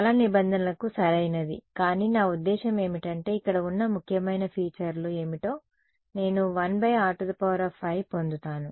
చాలా నిబంధనలకు సరైనది కానీ నా ఉద్దేశ్యం ఏమిటంటే ఇక్కడ ఉన్న ముఖ్యమైన ఫీచర్లు ఏమిటో నేను 1r5 పొందుతాను